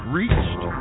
reached